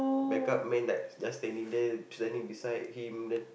backup man like just standing there standing beside him then